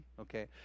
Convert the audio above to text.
Okay